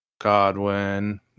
Godwin